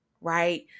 Right